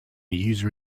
user